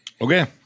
Okay